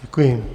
Děkuji.